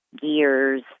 gears